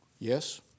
Yes